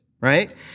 Right